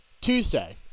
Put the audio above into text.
Tuesday